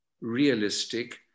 realistic